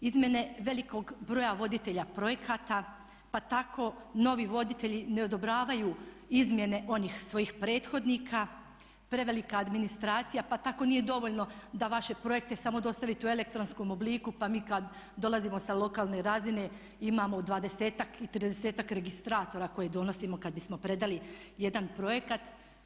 Izmijene velikog broja voditelja projekata pa tako novi voditelji ne odobravaju izmjene onih svojih prethodnika, prevelika administracija pa tako nije dovoljno da vaše projekte samo dostavite u elektronskom obliku pa mi kad dolazimo sa lokalne razine imamo dvadesetak i tridesetak registratora koje donosimo kad bismo predali jedan projekat.